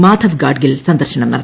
മാധവ് ഗാഡ്ഗിൽ സന്ദർശനം നടത്തി